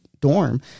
dorm